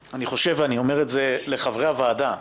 חושב ואני אומר את זה לחברי הוועדה.